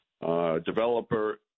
developer